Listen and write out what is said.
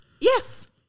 Yes